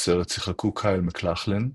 בסרט שיחקו קייל מקלכלן,